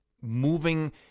moving